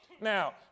Now